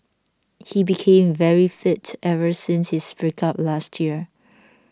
he became very fit ever since his breakup last year